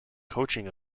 coaching